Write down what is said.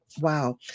Wow